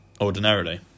ordinarily